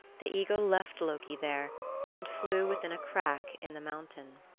the eagle left loki there and flew within a crack in the mountain.